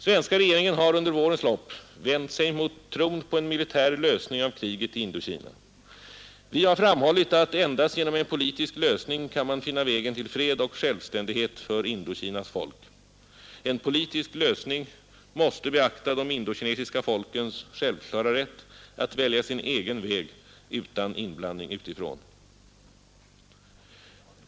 Svenska regeringen har under vårens lopp vänt sig mot tron på en militär lösning av kriget i Indokina. Vi har framhållit att endast genom en politisk lösning kan man finna vägen till fred och självständighet för Indokinas folk. En politisk lösning måste beakta de indokinesiska folkens självklara rätt att välja sin egen väg utan inblandning utifrån.